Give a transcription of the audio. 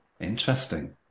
interesting